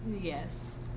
Yes